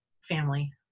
family